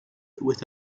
with